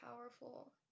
powerful